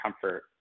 comfort